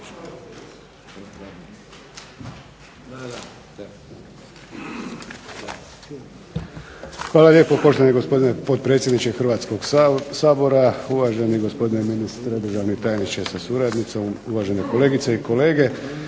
Hvala lijepo poštovani gospodine potpredsjedniče Hrvatskoga sabora, uvaženi gospodine ministre, državni tajniče sa suradnicom, kolegice i kolege.